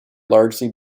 largely